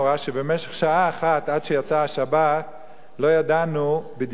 שבמשך שעה אחת עד שיצאה השבת לא ידענו בדיוק